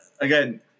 again